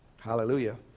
Hallelujah